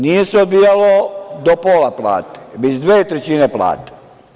Nije se odbijalo do pola plate, već dve trećine plate.